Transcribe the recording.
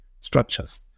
structures